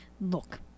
look